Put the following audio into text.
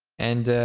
and